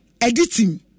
Editing